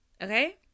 okay